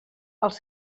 els